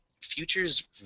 Futures